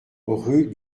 rue